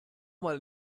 mal